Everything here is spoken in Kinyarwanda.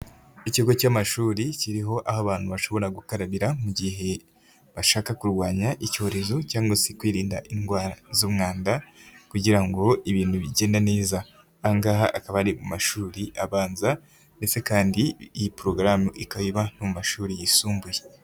Ikigo cy'amashuri kiriho aho abantu bashobora gukarabira mu gihe bashaka kurwanya icyorezo cyangwa se kwirinda indwara z'umwanda kugira ngo ibintu bigende neza, ahangaha hakaba ari mu mashuri abanza ndetse kandi iyi porogaramu ikaba iba no mu mashuri yisumbuye.